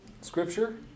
scripture